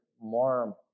more